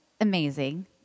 amazing